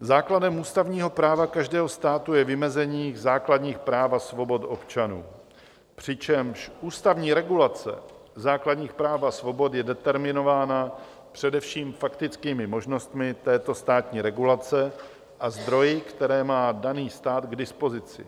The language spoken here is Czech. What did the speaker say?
Základem ústavního práva každého státu je vymezení základních práv a svobod občanů, přičemž ústavní regulace základních práv a svobod je determinována především faktickými možnostmi této státní regulace a zdroji, které má daný stát k dispozici.